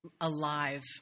alive